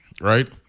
right